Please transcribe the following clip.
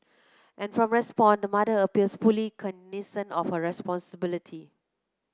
and from the response the mother appears fully cognisant of her responsibility